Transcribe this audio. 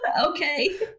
okay